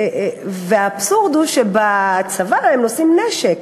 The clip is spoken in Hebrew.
והאבסורד הוא שבצבא הם נושאים נשק.